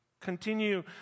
Continue